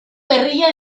gerrilla